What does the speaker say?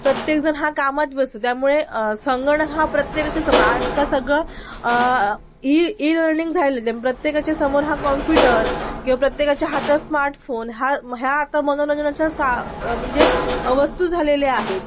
प्रत्येकजण हा कामात व्यस्त त्यामुळे संगणक हा प्रत्येकाच्या सम आजकाल सगळं इ इ लर्निंग झालेलं आहे त्या प्रत्येकाच्या समोर हा कॉम्प्युटर किंवा प्रत्येकाच्या हातात स्माटफोन हा मग ह्या आता मनोरंजनाच्या सा म्हणजे अ वस्तू झालेल्या आहेत